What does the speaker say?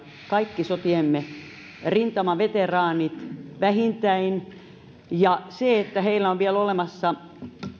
kaikki sotiemme rintamaveteraanit ovat vähintään yhdeksänkymmentäkaksi pilkku viisi vuotiaita ja se että heillä on vielä olemassa